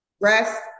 Rest